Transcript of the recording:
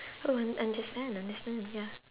oh understand understand ya